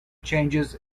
changes